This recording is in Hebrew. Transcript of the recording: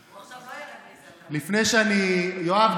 יואב,